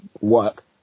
work